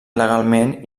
legalment